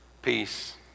Peace